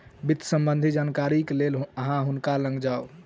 वित्त सम्बन्धी जानकारीक लेल अहाँ हुनका लग जाऊ